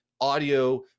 audio